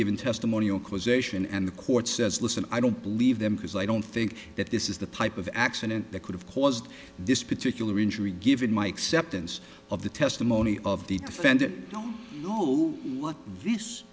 given testimony or causation and the court says listen i don't believe them because i don't think that this is the type of accident that could have caused this particular injury given my acceptance of the testimony of the defendant i don't know what th